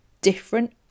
Different